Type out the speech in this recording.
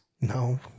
No